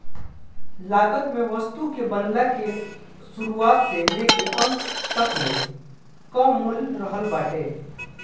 लागत में वस्तु के बनला के शुरुआत से लेके अंत तकले कअ मूल्य रहत बाटे